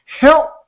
Help